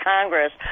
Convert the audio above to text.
Congress